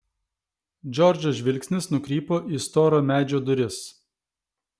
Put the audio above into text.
džordžo žvilgsnis nukrypo į storo medžio duris